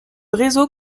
réseau